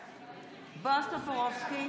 סיימת לטפל בגירוש?